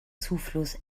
zufluss